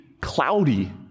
cloudy